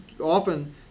often